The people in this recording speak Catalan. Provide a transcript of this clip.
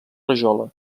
rajola